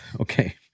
Okay